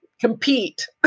compete